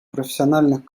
профессиональных